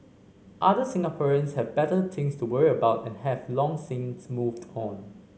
other Singaporeans have better things to worry about and have long since moved on